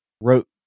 wrote